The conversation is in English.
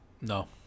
no